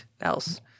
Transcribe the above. else